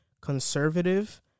conservative